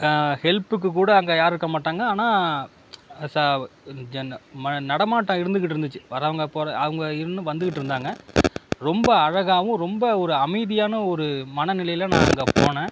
ஹெல்ப்புக்கு கூட அங்கே யாரும் இருக்க மாட்டாங்க ஆனால் சா ம நடமாட்டம் இருந்துக்கிட்டு இருந்துச்சு வரவங்க போகிற அவங்க இன்னும் வந்துக்கிட்டு இருந்தாக ரொம்ப அழகாவும் ரொம்ப ஒரு அமைதியான ஒரு மனநிலையில் நான் அங்கே போனேன்